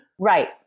Right